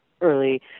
early